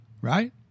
right